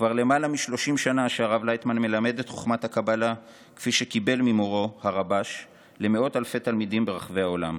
כבר למעלה מ-30 שנה שהרב לייטמן מלמד מאות אלפי תלמידים ברחבי העולם